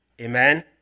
amen